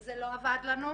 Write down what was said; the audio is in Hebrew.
זה לא עבד לנו,